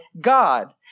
God